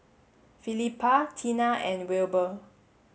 Felipa Tina and Wilbur